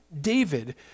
David